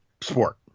sport